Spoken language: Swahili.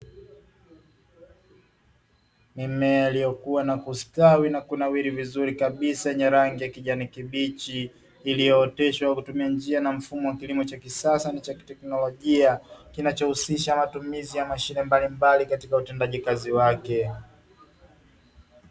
Mimea iliyokuwa na kustawi na kunawiri vizuri kabisa yenye rangi ya kijani kibichi, iliyooteshwa kwa kutumia njia na mfumo wakilimo cha kisasa na kiteknolojia, kinachohusisha matumizi ya mashine mbalimbali katika utendaji kazi wake.